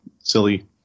silly